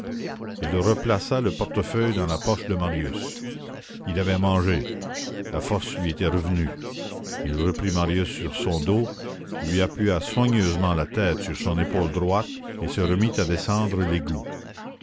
il replaça le portefeuille dans la poche de marius il avait mangé la force lui était revenue il reprit marius sur son dos lui appuya soigneusement la tête sur son épaule droite et se remit à descendre l'égout